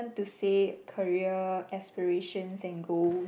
say career aspirations and goal